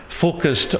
focused